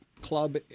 club